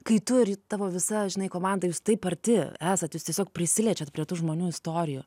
kai tu ir tavo visa žinai komanda jūs taip arti esat jūs tiesiog prisiliečiat prie tų žmonių istorijų